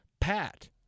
Pat